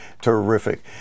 terrific